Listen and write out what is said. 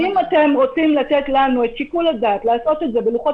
אם אתם רוצים לתת לנו את שיקול הדעת לעשות את זה בלוחות